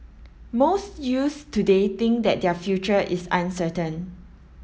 most youths today think that their future is uncertain